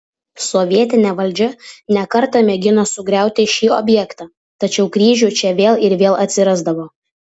sovietinė valdžia ne kartą mėgino sugriauti šį objektą tačiau kryžių čia vėl ir vėl atsirasdavo